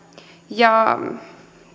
ja